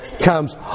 comes